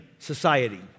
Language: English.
society